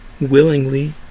willingly